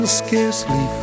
scarcely